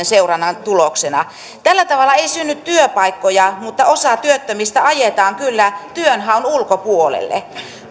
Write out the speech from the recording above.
seurannan tuloksena tällä tavalla ei synny työpaikkoja mutta osa työttömistä ajetaan kyllä työnhaun ulkopuolelle